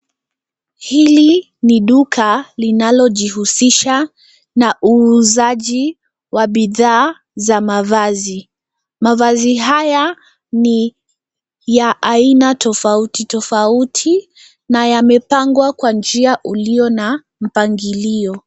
Hili ni duka linalo jihusisha na uuzaji wa bidhaa za mavazi. Mavazi haya ni ya aina tofauti tofauti na yamepangwa kwa njia ulio na mpangilio.